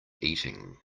eating